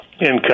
income